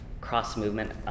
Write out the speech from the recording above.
cross-movement